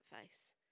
face